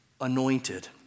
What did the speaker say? anointed